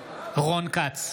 נגד רון כץ,